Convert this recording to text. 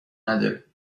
نداره